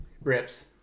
Rips